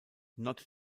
not